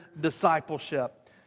discipleship